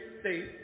state